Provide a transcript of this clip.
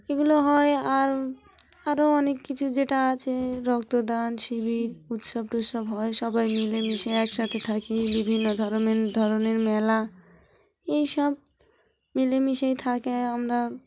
এগুলো হয় আর আরও অনেক কিছু যেটা আছে রক্তদান শিবির উৎসব টুৎসব হয় সবাই মিলেমিশে একসাথে থাকি বিভিন্ন ধরনেরের ধরনের মেলা এই সব মিলেমিশেই থাকে আমরা